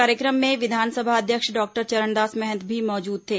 कार्यक्रम में विधानसभा अध्यक्ष डॉक्टर चरणदास महंत भी मौजूद थे